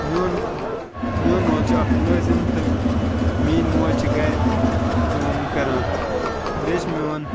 میوٚن میوٚن مول چھِ اَکھ مُلٲزِم تہٕ میٛٲنۍ موج چھِ گَرِ کٲم کَران بیٚیہِ چھِ میوٚن